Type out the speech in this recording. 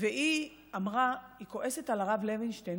והיא אמרה שהיא כועסת על הרב לוינשטיין,